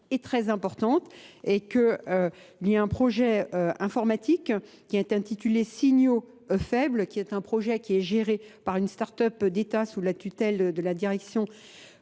est très importante et qu'il y a un projet informatique qui est intitulé Signeaux faibles, qui est un projet qui est géré par une start-up d'État sous la tutelle de la direction